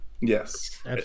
Yes